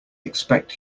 expect